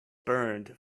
burned